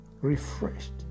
refreshed